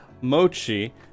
Mochi